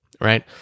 right